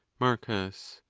marcus.